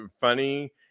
funny